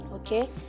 Okay